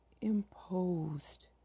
imposed